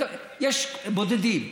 יש בודדים.